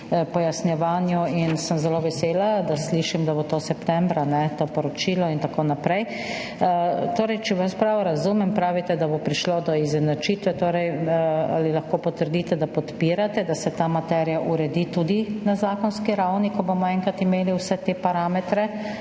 pojasnjevanju in sem zelo vesela, da slišim, da bo to septembra, to poročilo in tako naprej. Torej, če vas prav razumem, pravite, da bo prišlo do izenačitve. Ali lahko potrdite, da podpirate, da se ta materija uredi tudi na zakonski ravni, ko bomo enkrat imeli vse te parametre?